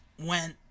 went